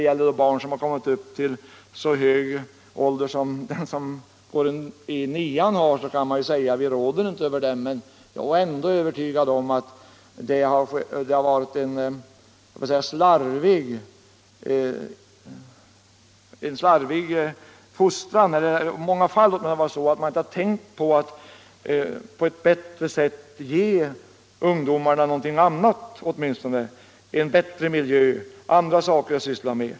När barnen kommit upp till en så hög ålder att de går i nian kan man säga att vi inte råder över dem, men jag är ändå övertygad om att det slarvas med deras fostran. I många fall har man inte tänkt på att ge ungdomarna något annat: en bättre miljö och andra saker att syssla med.